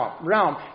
realm